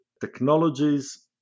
technologies